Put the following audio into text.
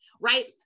right